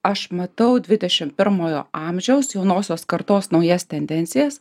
aš matau dvidešim pirmojo amžiaus jaunosios kartos naujas tendencijas